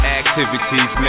activities